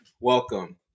welcome